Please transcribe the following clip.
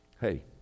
Hey